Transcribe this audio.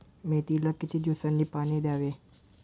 मेथीला किती दिवसांनी पाणी द्यावे?